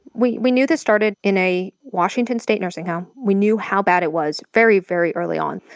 we we knew they started in a washington state nursing home. we knew how bad it was very, very early on.